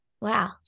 wow